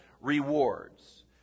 rewards